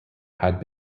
had